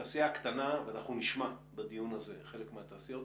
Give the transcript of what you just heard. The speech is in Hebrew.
תעשייה קטנה ואנחנו נשמע בדיון הזה חלק מהתעשיות